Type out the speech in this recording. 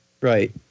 Right